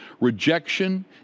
Rejection